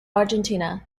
argentina